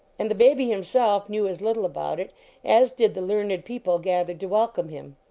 and the baby himself knew as little about it as did the learned people gathered to wel come him.